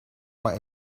maar